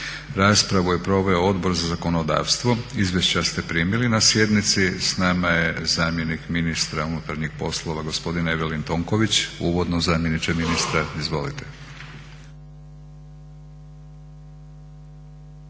Raspravu je proveo Odbor za zakonodavstvo. Izvješća ste primili na sjednici. S nama je zamjenik ministra unutarnjih poslova gospodin Evelin Tonković. Uvodno zamjeniče ministra, izvolite.